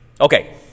Okay